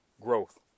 growth